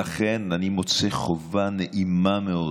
לכן, אני מוצא חובה נעימה מאוד